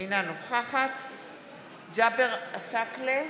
אינה נוכחת ג'אבר עסאקלה,